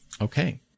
Okay